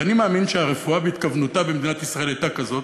ואני מאמין שהרפואה בהתכוונותה במדינת ישראל הייתה כזאת.